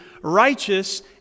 righteous